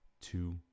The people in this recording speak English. two